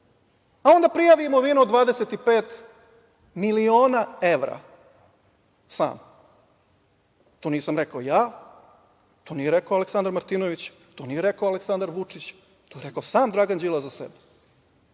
a onda prijavi imovinu od 25 miliona evra, sam. To nisam rekao ja, to nije rekao Aleksandar Martinović, to nije rekao Aleksandar Vučić, to je rekao sam Dragan Đilas za sebe. Onda